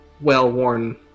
well-worn